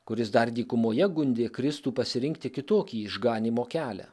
kuris dar dykumoje gundė kristų pasirinkti kitokį išganymo kelią